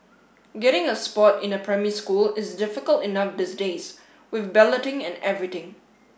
getting a spot in a primary school is difficult enough these days with balloting and everything